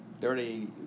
dirty